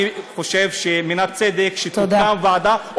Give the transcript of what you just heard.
אני חושב שמן הצדק שתוקם ועדה,